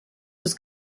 was